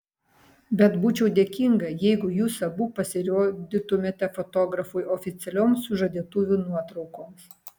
bet būčiau dėkinga jeigu jūs abu pasirodytumėte fotografui oficialioms sužadėtuvių nuotraukoms